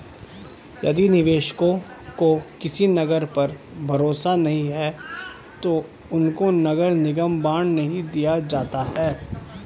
यदि निवेशकों को किसी नगर पर भरोसा नहीं है तो उनको नगर निगम बॉन्ड नहीं दिया जाता है